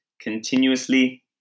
continuously